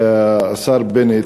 השר בנט,